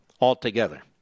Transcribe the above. altogether